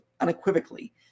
unequivocally